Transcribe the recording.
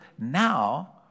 now